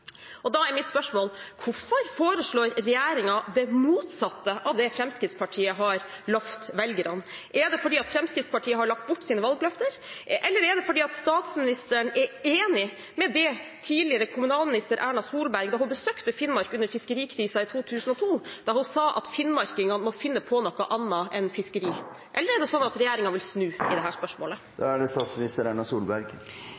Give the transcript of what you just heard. Da er mitt spørsmål: Hvorfor foreslår regjeringen det motsatte av det Fremskrittspartiet har lovet velgerne? Er det fordi Fremskrittspartiet har lagt bort sine valgløfter, eller er det fordi statsministeren er enig i det tidligere kommunalminister Erna Solberg sa, da hun besøkte Finnmark under fiskerikrisen i 2002, om at finnmarkingene må finne på noe annet å drive med enn fiskeri? Eller er det slik at regjeringen vil snu i dette spørsmålet?